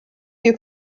you